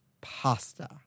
pasta